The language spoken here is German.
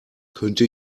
könnte